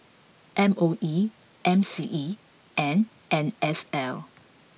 M O E M C E and N S L